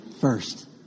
first